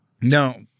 No